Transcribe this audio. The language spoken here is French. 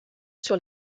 sur